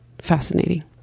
fascinating